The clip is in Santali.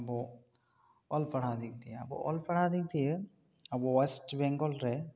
ᱟᱵᱚ ᱚᱞ ᱯᱟᱲᱦᱟᱣ ᱫᱤᱠᱫᱤᱭᱮ ᱚᱞ ᱯᱟᱲᱦᱟᱣ ᱫᱤᱠᱫᱤᱭᱮ ᱟᱵᱚ ᱳᱭᱮᱥᱴ ᱵᱮᱝᱜᱚᱞ ᱨᱮ